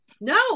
No